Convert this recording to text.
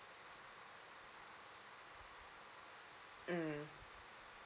mm